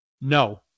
no